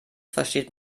versteht